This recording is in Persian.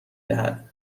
دهد